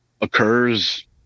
occurs